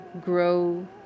grow